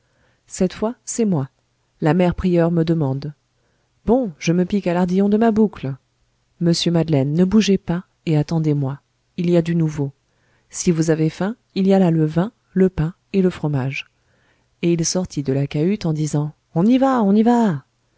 cette fois c'est moi la mère prieure me demande bon je me pique à l'ardillon de ma boucle monsieur madeleine ne bougez pas et attendez-moi il y a du nouveau si vous avez faim il y a là le vin le pain et le fromage et il sortit de la cahute en disant on y va on y va